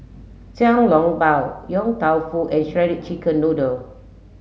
Xiang Long Bao Yong Tau Foo and Shredded Chicken Noodle